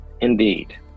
indeed